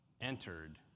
entered